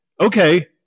okay